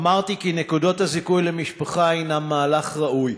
אמרתי כי נקודות הזיכוי למשפחה הן מהלך ראוי.